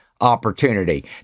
opportunity